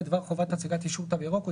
בדבר חובת הצגת אישור "תו ירוק" או